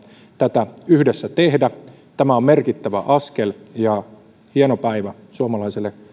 tätä yhdessä tehdä tämä on merkittävä askel ja hieno päivä suomalaiselle